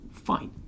fine